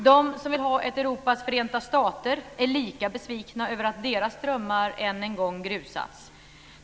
De som vill ha ett Europas förenta stater är lika besvikna över att deras drömmar än en gång grusats.